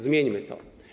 Zmieńmy to.